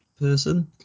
person